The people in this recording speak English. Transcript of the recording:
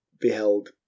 beheld